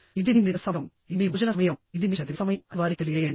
ఇది మీ నిద్ర సమయం ఇది మీ భోజన సమయం ఇది మీ చదివే సమయం అని వారికి తెలియజేయండి